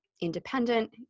independent